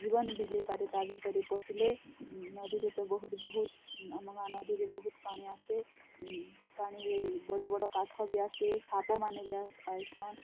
ଜୀବନ ବି ଯାଇପାରେ ତା ଭିତରେ ପଶିଲେ ନଦୀରେ ତ ବହୁତ୍ ବହୁତ୍ ଆମ ଗାଁ ନଦୀରେ ବହୁତ୍ ପାଣି ଆସେ ପାଣିରେ ବଡ଼ ବଡ଼ କାଠ ବି ଆସେ ସାପ ମାନେ ବି ଆଇସନ୍